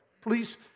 Please